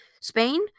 Spain